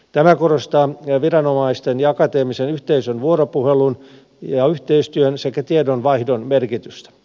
tämä korostaa viranomaisten ja akateemisen yhteisön vuoropuhelun ja yhteistyön sekä tiedonvaihdon merkitystä